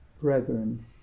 Brethren